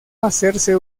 hacerse